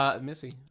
Missy